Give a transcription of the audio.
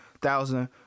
thousand